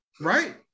right